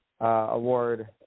award